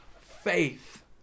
faith